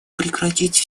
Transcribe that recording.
прекратить